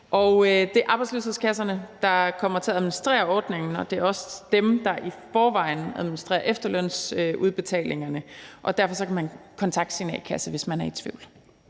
Det er arbejdsløshedskasserne, der kommer til at administrere ordningen. Det er også dem, der i forvejen administrerer efterlønsudbetalingerne, og derfor kan man kontakte sin a-kasse, hvis man er i tvivl.